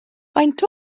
faint